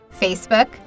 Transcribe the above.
facebook